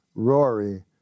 Rory